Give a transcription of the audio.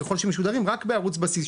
ככול שמשודרים רק בערוץ בסיס,